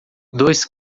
dois